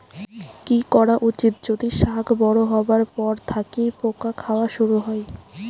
কি করা উচিৎ যদি শাক বড়ো হবার পর থাকি পোকা খাওয়া শুরু হয়?